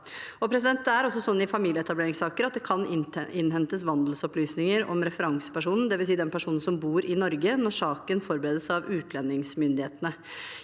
grovt utnyttet. I familieetableringssaker kan det innhentes vandelsopplysninger om referansepersonen, dvs. den personen som bor i Norge, når saken forberedes av utlendingsmyndighetene.